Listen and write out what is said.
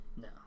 No